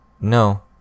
No